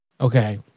okay